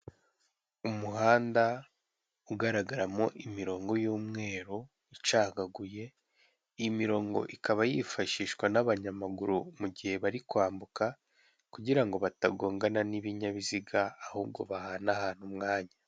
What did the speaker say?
Umuhanda ugaragaramo imirongo y'umweru icagaguye imirongo ikaba yifashishwa n'abanyamaguru mu gihe bari kwambuka kugira ngo batagongana n'ibinyabiziga ahubwo bahanahane umwanya.